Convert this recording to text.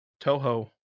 toho